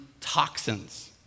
toxins